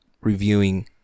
reviewing